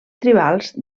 tribals